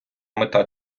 мета